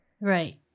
Right